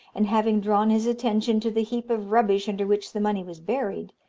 and having drawn his attention to the heap of rubbish under which the money was buried,